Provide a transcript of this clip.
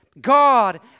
God